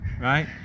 Right